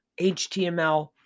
HTML